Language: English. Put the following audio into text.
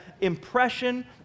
impression